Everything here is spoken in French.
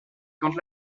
quand